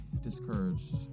discouraged